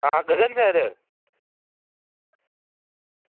आं गगन सर